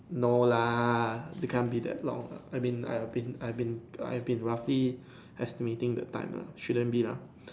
no lah it can't be that long I mean I've been I've been I've been roughly estimating the time lah shouldn't be lah